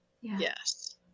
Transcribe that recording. Yes